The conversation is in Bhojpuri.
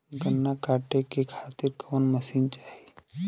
गन्ना कांटेके खातीर कवन मशीन चाही?